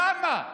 למה לא העברתם?